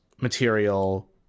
material